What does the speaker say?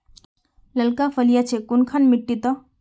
लालका फलिया छै कुनखान मिट्टी त?